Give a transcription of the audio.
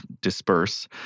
disperse